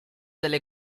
delle